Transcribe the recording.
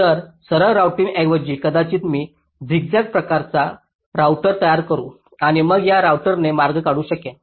तर सरळ राउटरऐवजी कदाचित मी झिग झॅग प्रकारचा राउटर तयार करु आणि मग या राउटरने मार्ग काढू शकेन